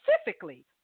specifically